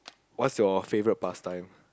what's your favourite past time